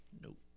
Nope